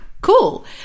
cool